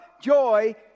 joy